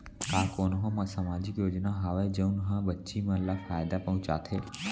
का कोनहो सामाजिक योजना हावय जऊन हा बच्ची मन ला फायेदा पहुचाथे?